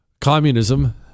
Communism